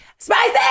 Spicy